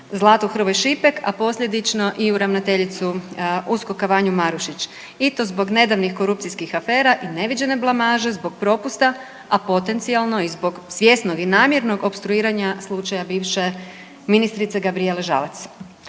Zlatu Hrvoj Šipek, a posljedično i u ravnateljicu USKOK-a Vanju Marušić i to zbog nedavnih korupcijskih afera i neviđene blamaže zbog propusta, a potencijalno i zbog svjesnog i namjernog opstruiranja slučaja bivše ministrice Gabrijele Žalac.